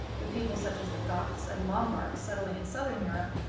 with people such as the goths and lombards settling in southern europe,